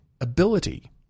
ability